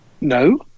no